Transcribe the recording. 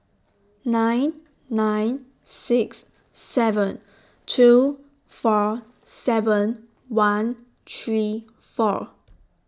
nine nine six seven two four seven one three four